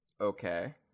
okay